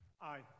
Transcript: Aye